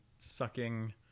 sucking